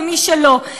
ומי שלא.